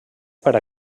per